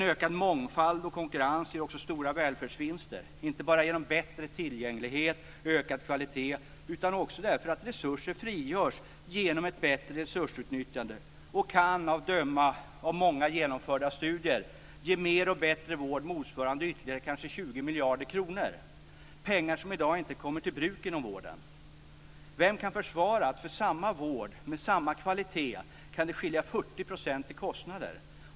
Ökad mångfald och konkurrens ger också stora välfärdsvinster, inte bara genom bättre tillgänglighet och ökad kvalitet utan också därför att resurser frigörs genom ett bättre resursutnyttjande och kan, att döma av många genomförda studier, ge mer och bättre vård motsvarande kanske ytterligare 20 miljarder kronor - pengar som i dag inte kommer till bruk inom vården. Vem kan försvara att för samma vård, med samma kvalitet, kan det skilja med 40 % i kostnader?